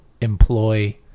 employ